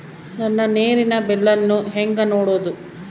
ನನ್ನ ನೇರಿನ ಬಿಲ್ಲನ್ನು ಹೆಂಗ ನೋಡದು?